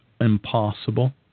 impossible